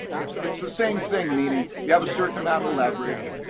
it's it's the same thing, meaning, you have a certain amount of leverage,